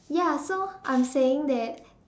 ya so I'm saying that